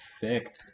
thick